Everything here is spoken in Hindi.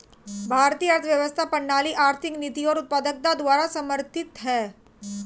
भारतीय अर्थव्यवस्था प्रणाली आर्थिक नीति और उत्पादकता द्वारा समर्थित हैं